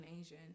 Asian